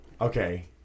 Okay